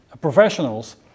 professionals